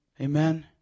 amen